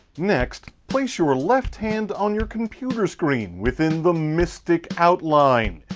next, place your left hand on your computer screen within the mystic outline.